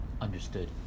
understood